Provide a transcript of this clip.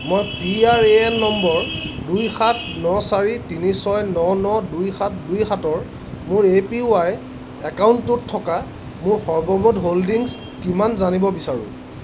মই P R A N number দুই সাত ন চাৰি তিনি ছয় ন ন দুই সাত দুই সাতৰ মোৰ এ পি ৱাই একাউণ্টটোত থকা মোৰ সৰ্বমুঠ হোল্ডিংছ কিমান জানিব বিচাৰোঁ